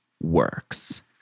works